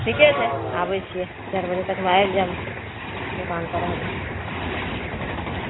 ठीके छै आबै छियै चारि बजे तकमे आबि जाएब दोकानपर रहबै हँ